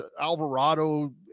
Alvarado